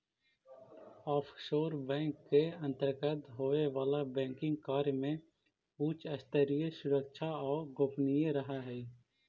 offshore bank के अंतर्गत होवे वाला बैंकिंग कार्य में उच्च स्तरीय सुरक्षा आउ गोपनीयता रहऽ हइ